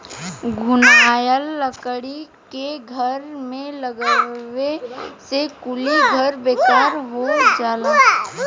घुनाएल लकड़ी के घर में लगावे से कुली घर बेकार हो जाला